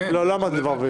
לא, לא אמרתי דבר והיפוכו.